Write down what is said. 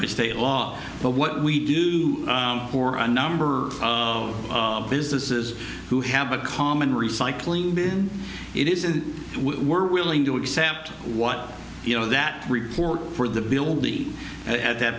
a state law but what we do for a number of businesses who have a common recycling bin it is and we were willing to accept what you know that report for the building at that